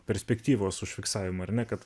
perspektyvos užfiksavimą ar ne kad